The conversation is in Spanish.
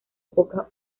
pocas